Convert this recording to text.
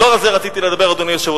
לא על זה רציתי לדבר, אדוני היושב-ראש.